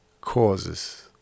causes